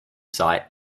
site